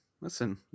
listen